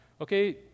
okay